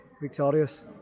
victorious